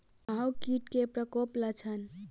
माहो कीट केँ प्रकोपक लक्षण?